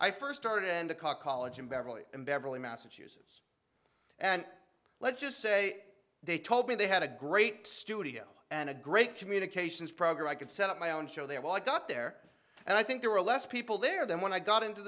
i first started endicott college and beverly in beverly massachusetts and let's just say they told me they had a great studio and a great communications program i could set up my own show there while i got there and i think there were less people there than when i got into